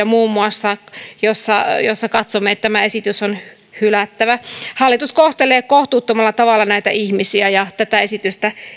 muun muassa ovat juuri niitä perusteluja joissa katsomme että tämä esitys on hylättävä hallitus kohtelee kohtuuttomalla tavalla näitä ihmisiä ja tätä esitystä